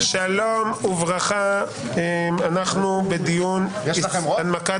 שלום וברכה, אנחנו בדיון הנמקת